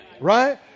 Right